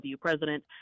president